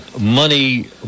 money